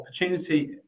opportunity